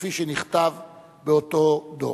כפי שנכתב באותו דוח.